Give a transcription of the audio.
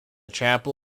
chapel